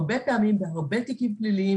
הרבה פעמים בהרבה תיקים פליליים,